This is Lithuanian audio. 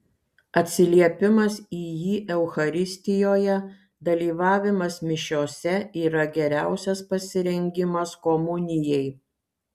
atsiliepimas į jį eucharistijoje dalyvavimas mišiose yra geriausias pasirengimas komunijai